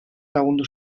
lagundu